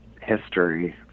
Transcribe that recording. history